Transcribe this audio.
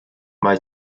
mae